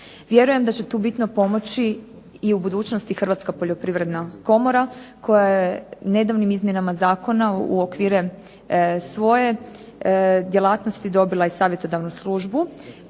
Vjerujem da će tu bitno pomoći i u budućnosti Hrvatska poljoprivredna komora koja je nedavnim izmjenama zakona u okvire svoje djelatnosti dobila i savjetodavnu službu